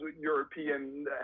European